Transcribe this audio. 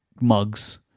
mugs